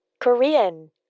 Korean